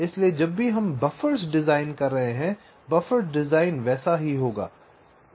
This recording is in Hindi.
इसलिए जब भी हम बफ़र्स डिज़ाइन कर रहे हैं बफर डिज़ाइन वैसा ही होगा